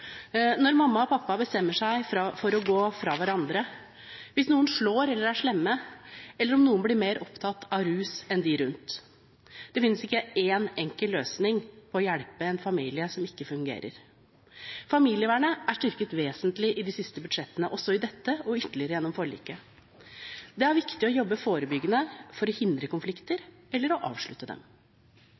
Når mamma og pappa bestemmer seg for å gå fra hverandre, hvis noen slår eller er slemme – eller om noen blir mer opptatt av rus enn av de rundt. Det finnes ikke en enkel løsning på å hjelpe en familie som ikke fungerer. Familievernet er styrket vesentlig i de siste budsjettene, også i dette, og ytterligere gjennom forliket. Det er viktig å jobbe forebyggende for å hindre konflikter eller å avslutte dem.